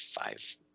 five